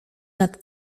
nad